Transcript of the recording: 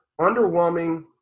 underwhelming